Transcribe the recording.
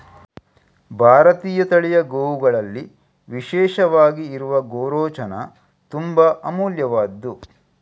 ಭಾರತೀಯ ತಳಿಯ ಗೋವುಗಳಲ್ಲಿ ವಿಶೇಷವಾಗಿ ಇರುವ ಗೋರೋಚನ ತುಂಬಾ ಅಮೂಲ್ಯವಾದ್ದು